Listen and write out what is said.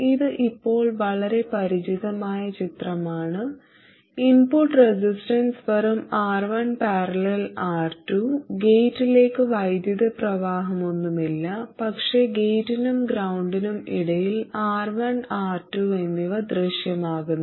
ഇത് ഇപ്പോൾ വളരെ പരിചിതമായ ചിത്രമാണ് ഇൻപുട്ട് റെസിസ്റ്റൻസ് വെറും R1 || R2 ഗേറ്റിലേക്ക് വൈദ്യുത പ്രവാഹമൊന്നുമില്ല പക്ഷേ ഗേറ്റിനും ഗ്രൌണ്ടിനും ഇടയിൽ R1 R2 എന്നിവ ദൃശ്യമാകുന്നു